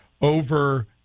over